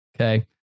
Okay